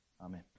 amen